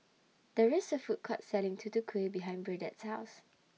There IS A Food Court Selling Tutu Kueh behind Burdette's House